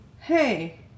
hey